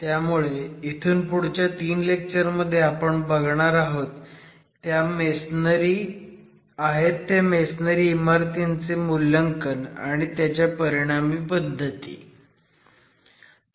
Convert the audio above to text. त्यामुळे इथून पुढच्या 3 लेक्स्चर मध्ये आपण आहेत त्या मेसनरी इमारतींचे मूल्यांकन आणि त्याच्या परिणामी पद्धती बघणार आहोत